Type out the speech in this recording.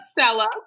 Stella